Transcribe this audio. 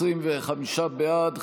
25 בעד,